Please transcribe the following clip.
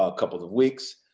ah couple of weeks.